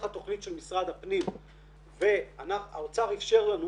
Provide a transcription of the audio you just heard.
התכנית של משרד הפנים והאוצר אפשר לנו,